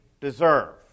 deserve